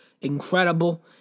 Incredible